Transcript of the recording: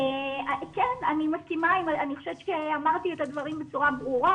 כן, אני חושבת שאמרתי את הדברים בצורה ברורה.